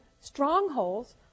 strongholds